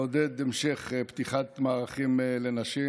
לעודד המשך פתיחת מערכים לנשים,